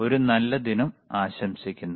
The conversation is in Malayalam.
ഒരു നല്ല ദിനം ആശംസിക്കുന്നു